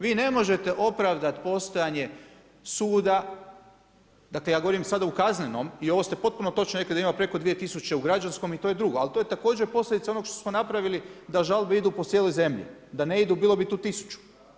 Vi ne možete opravdat postojanje suda, dakle ja govorim sada u kaznenom i ovo ste potpuno točno rekli da ima preko dvije tisuće u građanskom i to je drugo, ali to je također posljedica onoga što smo napravili da žalbe idu po cijeloj zemlji, da ne idu bilo bi tu tisuću.